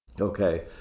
Okay